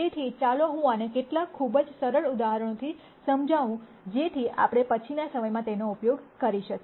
તેથી ચાલો હું આને કેટલાક ખૂબ જ સરળ ઉદાહરણોથી સમજાવું જેથી આપણે પછીના સમયમાં તેનો ઉપયોગ કરી શકીએ